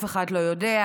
אף אחד לא יודע.